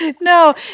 No